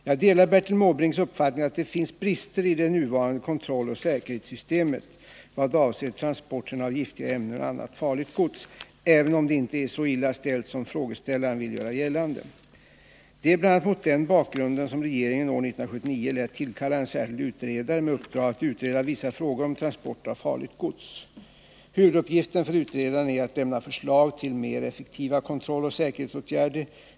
Jag delar Bertil Måbrinks uppfattning att det finns brister i det nuvarande kontrolloch säkerhetssystemet vad avser transporter av giftiga ämnen och annat farligt gods — även om det inte är så illa ställt som frågeställaren vill göra gällande. Det är bl.a. mot den bakgrunden som regeringen år 1979 lät tillkalla en särskild utredare med uppdrag att utreda vissa frågor om transport av farligt gods. Huvuduppgiften för utredaren är att lämna förslag till mer effektiva kontrolloch säkerhetsåtgärder.